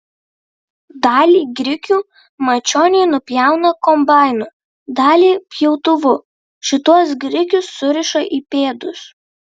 dalį grikių mačioniai nupjauna kombainu dalį pjautuvu šituos grikius suriša į pėdus